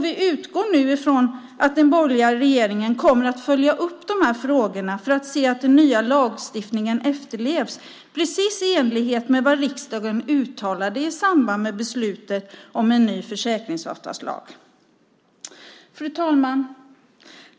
Vi utgår nu ifrån att den borgerliga regeringen kommer att följa upp de här frågorna för att se att den nya lagstiftningen efterlevs precis i enlighet med vad riksdagen uttalade i samband med beslutet om en ny försäkringsavtalslag. Fru talman!